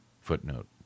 Footnote